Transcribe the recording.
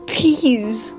Please।